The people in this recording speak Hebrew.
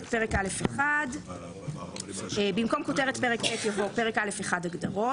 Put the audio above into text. פרק א'1 1. במקום כותרת פרק ב' יבוא: "פרק א'1: הגדרות".